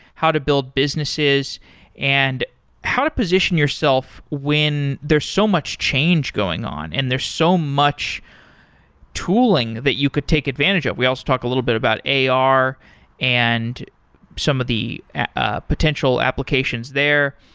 how to build businesses and how to position yourself when there's so much change going on, and there's so much tooling that you could take advantage of we also talked a little bit about ar and some of the ah potential applications there,